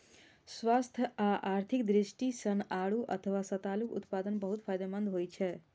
स्वास्थ्य आ आर्थिक दृष्टि सं आड़ू अथवा सतालूक उत्पादन बहुत फायदेमंद होइ छै